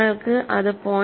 നിങ്ങൾക്ക് അത് 0